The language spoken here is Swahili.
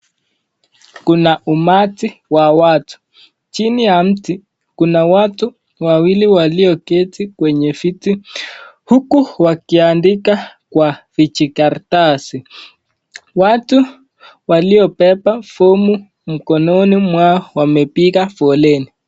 Kuna umati wa watu. Chini ya mti kuna watu wawili walioketi kwenye viti huku wakiandika kwenye vijikaratasi. Watu waliobeba fomu mikononi mwao wamepia foleni.